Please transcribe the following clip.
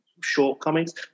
shortcomings